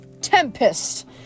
Tempest